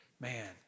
man